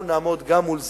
אנחנו נעמוד גם מול זה,